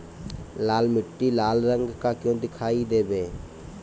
लाल मीट्टी लाल रंग का क्यो दीखाई देबे?